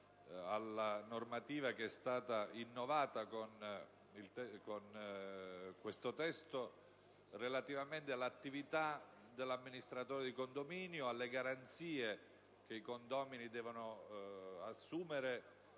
alla normativa che viene innovata con questo provvedimento relativamente all'attività dell'amministratore di condominio, alle garanzie che i condomini devono assumere